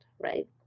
right